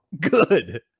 Good